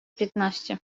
piętnaście